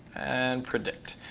and predict.